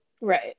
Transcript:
Right